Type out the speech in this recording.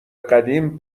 قدیم